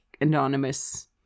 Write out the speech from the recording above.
anonymous